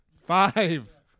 five